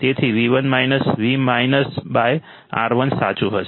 તેથી V1 - V R1 સાચું હશે